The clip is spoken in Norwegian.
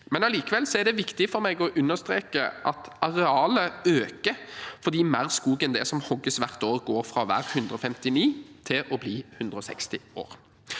Likevel er det viktig for meg å understreke at arealet øker fordi mer skog enn det som hogges hvert år, går fra å være 159 år til å bli 160 år.